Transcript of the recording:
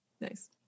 Nice